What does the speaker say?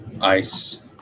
ice